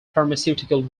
pharmaceutical